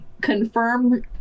confirm